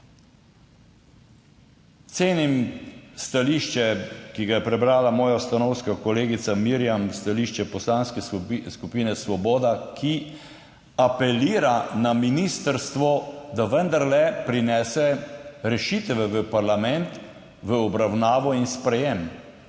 Cenim stališče, ki ga je prebrala moja stanovska kolegica Mirjam, stališče Poslanske skupine Svoboda, ki apelira na ministrstvo, da vendarle prinese rešitve v parlament v obravnavo in sprejetje.